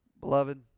Beloved